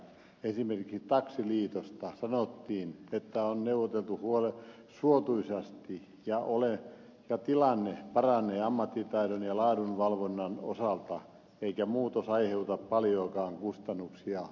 esimerkiksi taksiliitosta sanottiin että on neuvoteltu suotuisasti ja tilanne paranee ammattitaidon ja laadunvalvonnan osalta eikä muutos aiheuta paljoakaan kustannuksia yrityksille